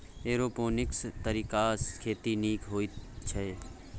aeroponics तरीकासँ खेती नीक होइत छै